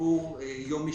עבור יום אשפוז.